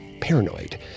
paranoid